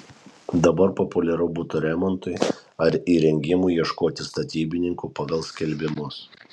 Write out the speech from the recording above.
dabar populiaru buto remontui ar įrengimui ieškoti statybininkų pagal skelbimus